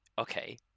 okay